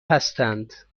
هستند